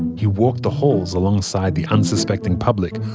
he walked the halls alongside the unsuspecting public,